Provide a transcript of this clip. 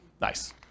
Nice